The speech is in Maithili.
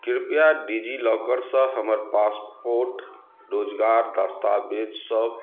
कृपया डिजिलॉकरसँ हमर पासपोर्ट रोजगार दस्तावेजसब